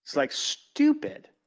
like stupid.